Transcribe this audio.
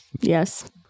Yes